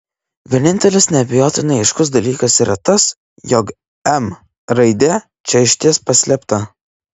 vienintelis neabejotinai aiškus dalykas yra tas jog m raidė čia išties paslėpta